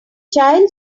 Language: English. child